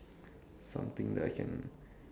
something that I can